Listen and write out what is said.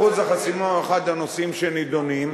אחוז החסימה הוא אחד הנושאים שנדונים,